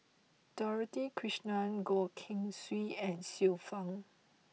Dorothy Krishnan Goh Keng Swee and Xiu Fang